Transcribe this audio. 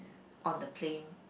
on the plane